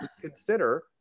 consider